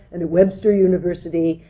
and at webster university,